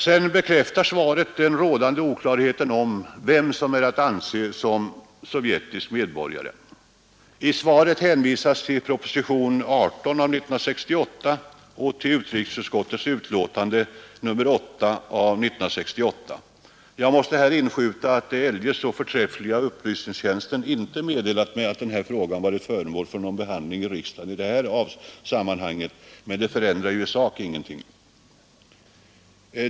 Sedan bekräftar svaret den rådande oklarheten om vem som är att anse som sovjetisk medborgare. I svaret hänvisas till propositionen nr 18 år 1968 och utrikesutskottets utlåtande nr 98 år 1968. Här måste jag inskjuta, att den eljest så förträffliga upplysningstjänsten inte meddelat mig, att denna fråga varit föremål för någon behandling i riksdagen i detta sammanhang, men det förändrar i sak ingenting.